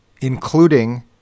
including